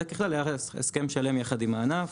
מדובר על הסכם שלם יחד עם הענף,